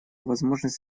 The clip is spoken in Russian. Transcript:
возможность